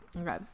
Okay